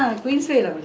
you ever come to my house